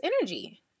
energy